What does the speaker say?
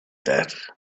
that